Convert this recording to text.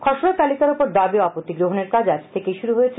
খসড়া তালিকার উপর দাবি ও আপত্তি গ্রহনের কাজ আজ থেকে শুরু হয়েছে